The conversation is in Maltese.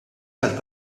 tal